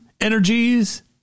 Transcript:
energies